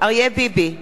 אריה ביבי,